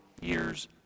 years